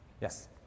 Yes